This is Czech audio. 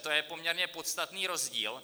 To je poměrně podstatný rozdíl.